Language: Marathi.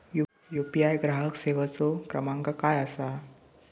यू.पी.आय ग्राहक सेवेचो क्रमांक काय असा?